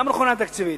גם נכונה תקציבית.